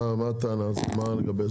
מה לגבי זה?